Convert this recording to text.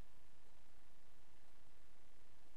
לבוא